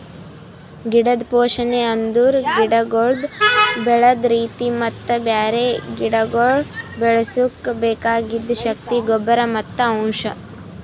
ಗಿಡದ್ ಪೋಷಣೆ ಅಂದುರ್ ಗಿಡಗೊಳ್ದು ಬೆಳದ್ ರೀತಿ ಮತ್ತ ಬ್ಯಾರೆ ಗಿಡಗೊಳ್ ಬೆಳುಸುಕ್ ಬೆಕಾಗಿದ್ ಶಕ್ತಿಯ ಗೊಬ್ಬರ್ ಮತ್ತ್ ಅಂಶ್